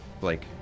Blake